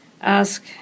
ask